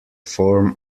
form